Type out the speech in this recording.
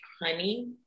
honey